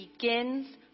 begins